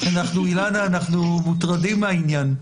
אילנה, אנחנו מוטרדים מהעניין.